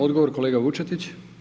Odgovor kolega Vučetić.